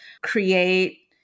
create